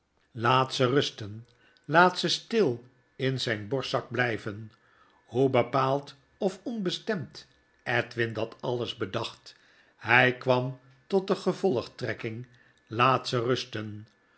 laat ze rusten laat ze stil in zynborstzak bljjven hoe bepaald of onbestemd edwin dat alles bedacht hij kwam tot de gevolgtrekking laat ze rusten